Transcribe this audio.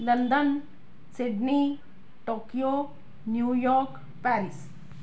London Sydney Tokyo New York Paris